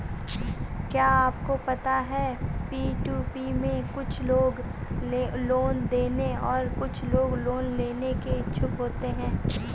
क्या आपको पता है पी.टू.पी में कुछ लोग लोन देने और कुछ लोग लोन लेने के इच्छुक होते हैं?